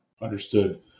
Understood